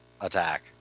attack